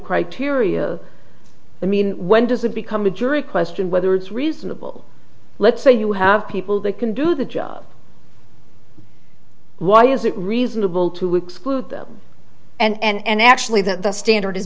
criteria i mean when does it become a jury question whether it's reasonable let's say you have people that can do the job why is it reasonable to exclude them and actually that the standard is